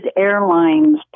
Airlines